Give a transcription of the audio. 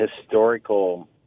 historical